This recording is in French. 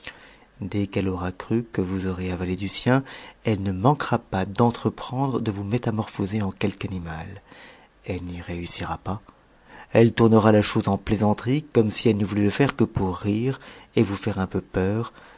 dès qu'elle aura cru que vous aurez avalé du sien elle ne manquera pas d'entreprendre de vous métamorphoser c quelque animal elle n'y réussira pas elle tournera la chose en plaisanterie comme si elle n'eût voulu le faire que pour rire et vous faire un peu peur